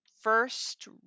first